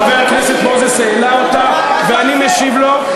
חבר הכנסת מוזס העלה אותה, ואני משיב לו.